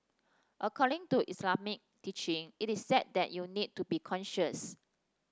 according to Islamic teaching it is said that you need to be conscious